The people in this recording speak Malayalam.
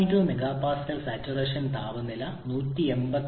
2 MPa സാച്ചുറേഷൻ താപനില 187